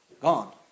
gone